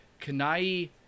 Kanai